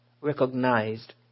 recognized